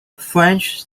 french